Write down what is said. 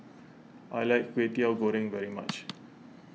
I like Kway Teow Goreng very much